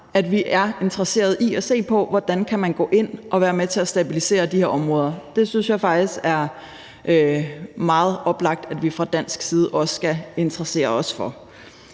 at vi er interesseret i at se på, hvordan man kan gå ind og være med til at stabilisere de her områder. Det synes jeg faktisk er meget oplagt vi fra dansk side også skal interessere os for.